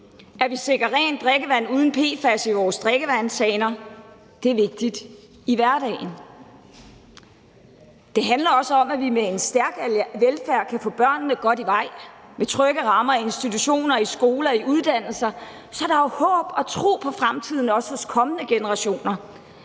at vi sikrer rent drikkevand uden PFAS i vores drikkevandshaner. Det er vigtigt i hverdagen. Det handler også om, at vi med en stærk velfærd kan få børnene godt i vej med trygge rammer i institutioner, i skoler og på uddannelser, så der også hos kommende generationer